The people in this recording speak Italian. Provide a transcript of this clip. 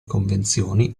convenzioni